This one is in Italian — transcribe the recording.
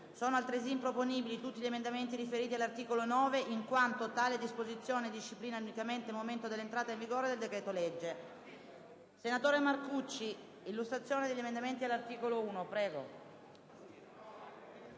Sono altresì improponibili tutti gli emendamenti riferiti all'articolo 9, in quanto tale disposizione disciplina unicamente il momento dell'entrata in vigore del decreto-legge. Passiamo all'esame dell'articolo 1 del